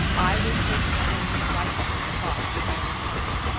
i will take madam mina right into the heart of the enemy's country.